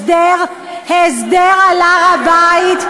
הסדר על הר-הבית,